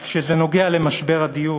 אז כשזה נוגע למשבר הדיור,